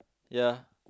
yep